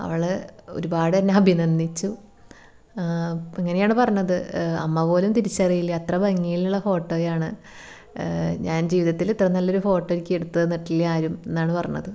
അവൾ ഒരുപാട് എന്നെ അഭിനന്ദിച്ചു അപ്പം ഇങ്ങനെയാണ് പറഞ്ഞത് അമ്മ പോലും തിരിച്ചറിയില്ല അത്ര ഭംഗിയിലുള്ള ഫോട്ടോയാണ് ഞാൻ ജീവിതത്തിൽ ഇത്ര നല്ലൊരു ഫോട്ടോ എനിക്ക് എടുത്തു തന്നിട്ടില്ല്യാ ആരും എന്നാണ് പറഞ്ഞത്